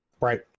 Right